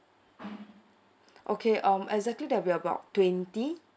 okay um exactly there will be about twenty